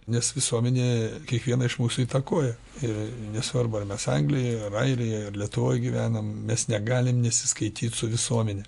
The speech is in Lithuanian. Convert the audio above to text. nes visuomenė kiekvieną iš mūsų įtakoja ir nesvarbu ar mes anglijoje ar airijoje lietuvoj gyvenam mes negalim nesiskaityt su visuomene